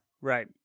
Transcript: Right